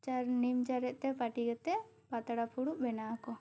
ᱪᱟᱨᱮᱜ ᱱᱤᱢ ᱪᱟᱨᱮᱜ ᱛᱮ ᱯᱟᱹᱴᱤ ᱠᱟᱛᱮᱜ ᱯᱟᱛᱲᱟ ᱯᱷᱩᱲᱩ ᱵᱮᱱᱟᱣᱟᱠᱚ